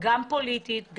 גם פוליטית,